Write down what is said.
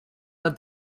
led